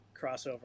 crossover